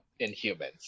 Inhumans